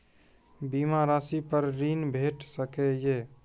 बीमा रासि पर ॠण भेट सकै ये?